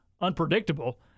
unpredictable